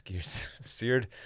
Seared